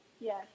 Yes